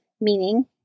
meaning